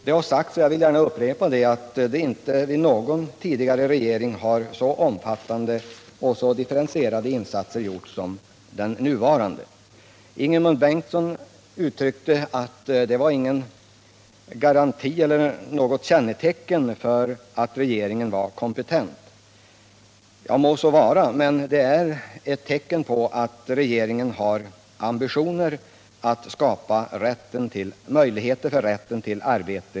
Det har sagts, och jag vill gärna upprepa det, att det inte under någon tidigare regering har gjorts så omfattande och differentierade insatser som under den nuvarande. Ingemund Bengtsson påpekade att det inte var någon garanti för eller något kännetecken på att regeringen var kompetent. Må så vara, men det är ett bevis på att regeringen har ambitioner att skapa sysselsättning.